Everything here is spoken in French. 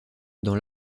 dans